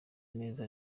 neza